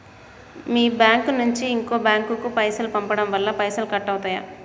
మీ bank నుంచి ఇంకో bank కు పైసలు పంపడం వల్ల పైసలు కట్ అవుతయా?